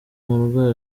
umurwayi